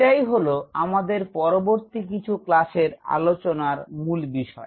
এটাই হল আমাদের পরবর্তী কিছু ক্লাসের আলোচনার মুল বিষয়